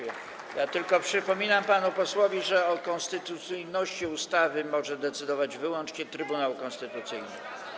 Ja tylko przypominam panu posłowi, że o konstytucyjności ustawy może decydować wyłącznie Trybunał Konstytucyjny.